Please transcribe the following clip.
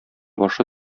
башы